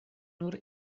nur